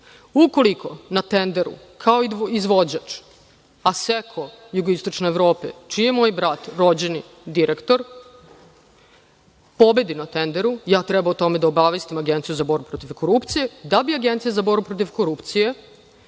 Ukoliko na tenderu kao izvođač „Asecco SEE“, čiji je moj brat rođeni direktor, pobedi na tenderu, ja treba o tome da obavestim Agenciju za borbu protiv korupcije da bi Agencija za borbu protiv korupcije